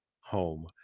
home